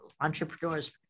entrepreneurs